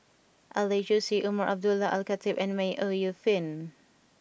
Alex Josey Umar Abdullah Al Khatib and May Ooi Yu Fen